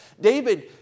David